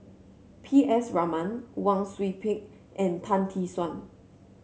P S Raman Wang Sui Pick and Tan Tee Suan